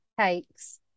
cakes